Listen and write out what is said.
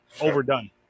overdone